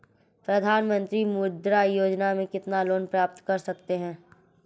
प्रधानमंत्री मुद्रा योजना में कितना लोंन प्राप्त कर सकते हैं?